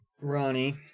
Ronnie